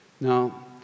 Now